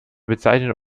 bezeichnet